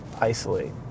isolate